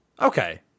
Okay